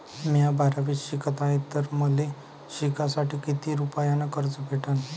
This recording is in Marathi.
म्या बारावीत शिकत हाय तर मले शिकासाठी किती रुपयान कर्ज भेटन?